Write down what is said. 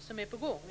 som är på gång.